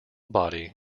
body